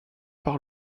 par